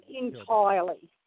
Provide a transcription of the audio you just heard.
entirely